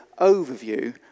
overview